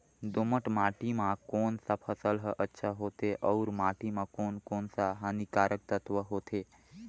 दोमट माटी मां कोन सा फसल ह अच्छा होथे अउर माटी म कोन कोन स हानिकारक तत्व होथे?